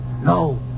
No